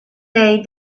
day